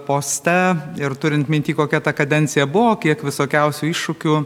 poste ir turint minty kokia ta kadencija buvo kiek visokiausių iššūkių